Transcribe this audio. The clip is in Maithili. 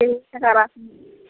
तीन टका राखू